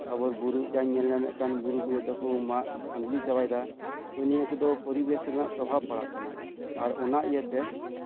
ᱟᱵᱚ ᱵᱩᱨᱩ ᱡᱟᱧ ᱧᱮᱞ ᱧᱟᱢᱮᱜ ᱠᱟᱱ ᱵᱩᱨᱩ ᱠᱚ ᱡᱚᱛᱚ ᱠᱚ ᱢᱟᱜ ᱠᱷᱟᱹᱫᱞᱤ ᱪᱟᱵᱟᱭ ᱮᱫᱟ ᱛᱚ ᱱᱤᱭᱟᱹ ᱠᱚᱫᱚ ᱯᱚᱨᱤᱵᱮᱥ ᱨᱮᱭᱟᱜ ᱯᱨᱚᱵᱷᱟᱵ ᱯᱟᱲᱟᱜ ᱠᱟᱱᱟ ᱟᱨ ᱚᱱᱟ ᱤᱭᱟᱹᱛᱮ